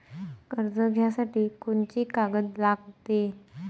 कर्ज घ्यासाठी कोनची कागद लागते?